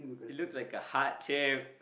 it looks like a heart shape